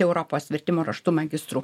europos vertimo raštu magistrų